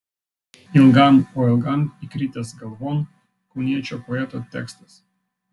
ilgam oi ilgam įkritęs galvon kauniečio poeto tekstas